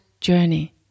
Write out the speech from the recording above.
journey